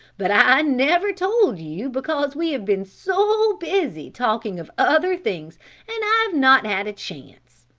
but i never told you because we have been so busy talking of other things and i have not had a chance.